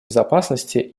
безопасности